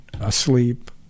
asleep